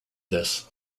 this